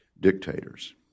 dictators